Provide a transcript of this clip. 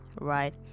right